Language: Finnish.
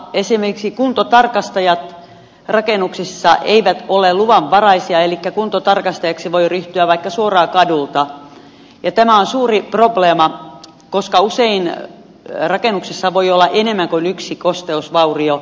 esimerkiksi kuntotarkastajat rakennuksissa eivät ole luvanvaraisia elikkä kuntotarkastajaksi voi ryhtyä vaikka suoraan kadulta ja tämä on suuri probleema koska usein rakennuksessa voi olla enemmän kuin yksi kosteusvaurio